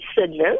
Sydney